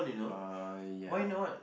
uh ya